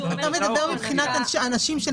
אתה מדבר מבחינת העמיתים שנמצאים,